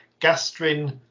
gastrin